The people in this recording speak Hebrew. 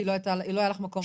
כי לא היה לך מקום ללכת אליו.